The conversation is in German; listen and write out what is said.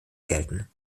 gelten